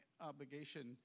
obligation